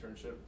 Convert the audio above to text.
internship